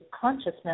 consciousness